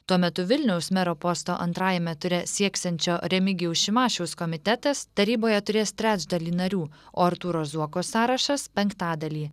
tuo metu vilniaus mero posto antrajame ture sieksiančio remigijaus šimašiaus komitetas taryboje turės trečdalį narių o artūro zuoko sąrašas penktadalį